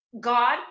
God